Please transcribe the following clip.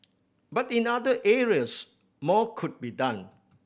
but in other areas more could be done